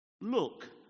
look